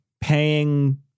paying